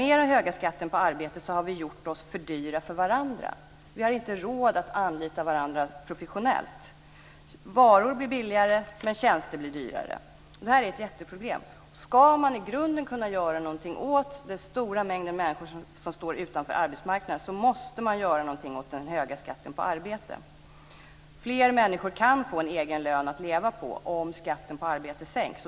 Med den höga skatten på arbete har vi gjort oss för dyra för varandra. Vi har inte råd att anlita varandra professionellt. Varor blir billigare, medan tjänster blir dyrare. Det är ett jätteproblem. Ska man i grunden kunna göra någonting åt den stora mängden människor som står utanför arbetsmarknaden, måste man göra någonting åt den höga skatten på arbete. Fler människor kan få en egen lön att leva på om skatten på arbete sänks.